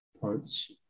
parts